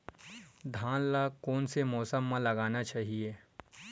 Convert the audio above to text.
धान ल कोन से मौसम म लगाना चहिए?